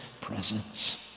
presence